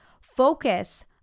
Focus